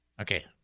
Okay